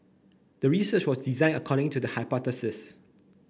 the research was designed according to the hypothesis